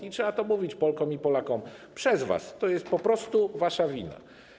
I trzeba to mówić Polkom i Polakom: przez was, to jest po prostu wasza wina.